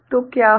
तो क्या होगा